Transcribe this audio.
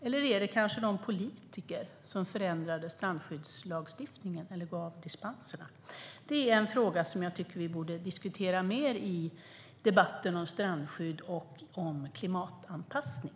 Eller kanske de politiker som förändrade strandskyddslagstiftningen eller gav dispenserna? Det är frågor vi borde diskutera mer i debatten om strandskydd och klimatanpassning.